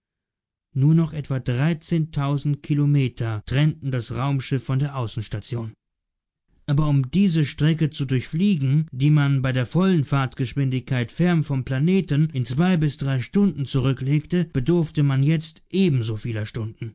nur noch etwa kilometer trennten das raumschiff von der außenstation aber um diese strecke zu durchfliegen die man bei der vollen fahrtgeschwindigkeit fern vom planeten in zwei bis drei minuten zurücklegte bedurfte man jetzt ebenso vieler stunden